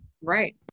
Right